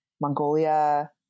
Mongolia